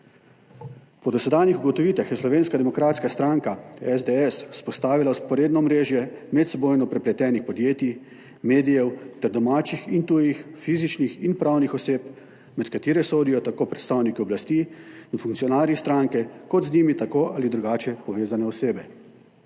Po dosedanjih ugotovitvah je Slovenska demokratska stranka, SDS, vzpostavila vzporedno omrežje medsebojno prepletenih podjetij, medijev ter domačih in tujih fizičnih in pravnih oseb, med katere sodijo tako predstavniki oblasti in funkcionarji stranke kot z njimi tako ali drugače povezane osebe.